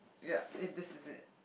yep this is it